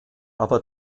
aber